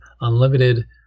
unlimited